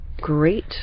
great